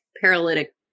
paralytic